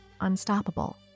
unstoppable